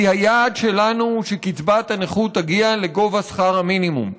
כי היעד שלנו הוא שקצבת הנכות תגיע לגובה שכר המינימום.